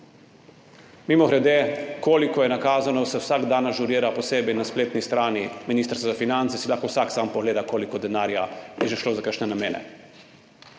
Mimogrede, koliko je nakazano, se vsak dan ažurira posebej na spletni strani Ministrstva za finance, si lahko vsak sam pogleda, koliko denarja je že šlo za kakšne namene,